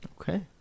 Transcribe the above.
Okay